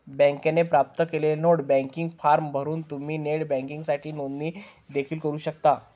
बँकेने प्राप्त केलेला नेट बँकिंग फॉर्म भरून तुम्ही नेट बँकिंगसाठी नोंदणी देखील करू शकता